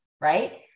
right